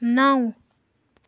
نَو